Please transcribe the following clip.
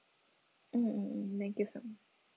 mm mm mm thank you so much